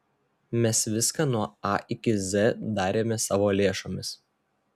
mes viską nuo a iki z darėme savo lėšomis